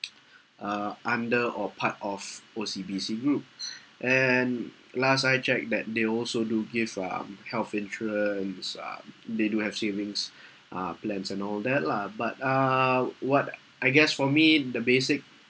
uh under or part of O_C_B_C group and last I checked that they also do give um health insurance um they do have savings uh plans and all that lah but uh what I guess for me the basic